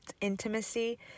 intimacy